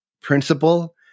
principle